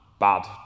Bad